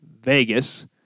Vegas